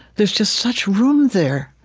there's just such room there.